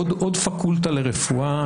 עוד פקולטה לרפואה,